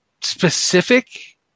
specific